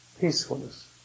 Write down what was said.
peacefulness